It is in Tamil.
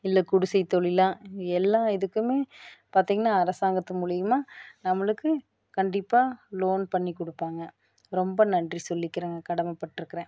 இல்லை குடிசைத்தொழில் எல்லாம் இதுக்கும் பார்த்திங்கன்னா அரசாங்கத்து மூலிமாக நம்மளுக்கு கண்டிப்பாக லோன் பண்ணிக்கொடுப்பாங்க ரொம்ப நன்றி சொல்லிக்கிறேங்க கடமைப்பட்டுருக்கிறேன்